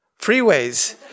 Freeways